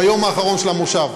ביום האחרון של המושב.